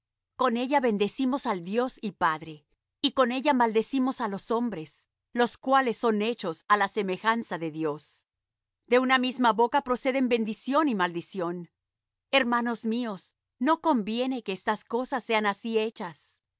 con ella bendecimos al dios y padre y con ella maldecimos á los hombres los cuales son hechos á la semejanza de dios de una misma boca proceden bendición y maldición hermanos míos no conviene que estas cosas sean así hechas